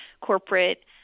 corporate